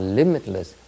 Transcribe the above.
limitless